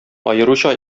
аеруча